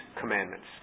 commandments